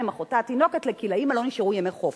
עם אחותה התינוקת כי לאמא לא נשארו ימי חופש,